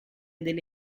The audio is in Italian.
delle